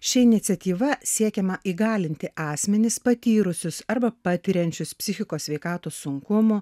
šia iniciatyva siekiama įgalinti asmenis patyrusius arba patiriančius psichikos sveikatos sunkumų